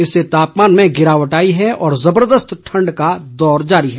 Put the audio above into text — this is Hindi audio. इससे तापमान में गिरावट आई है और जबर्दस्त ठंड का दौर जारी है